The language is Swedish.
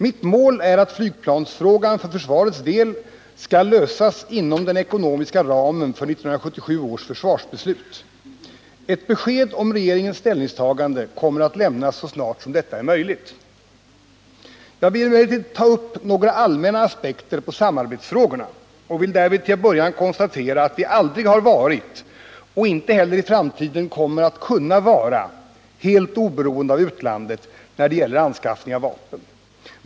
Mitt mål är att flygplansfrågan för försvarets del skall lösas inom den ekonomiska ramen för 1977 års försvarsbeslut. Ett besked om regeringens ställningstagande kommer att lämnas så snart som detta är möjligt. Jag vill emellertid ta upp några allmänna aspekter på samarbetsfrågorna och vill därvid till att börja med konstatera att vi aldrig har varit och inte heller i framtiden kommer att kunna vara helt oberoende av utlandet när det gäller anskaffning av vapen.